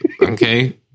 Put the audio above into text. Okay